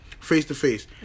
face-to-face